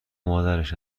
مادرش